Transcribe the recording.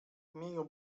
imieniu